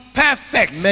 perfect